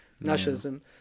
Nationalism